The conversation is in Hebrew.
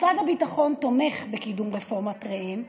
משרד הביטחון תומך בקידום רפורמת ראם,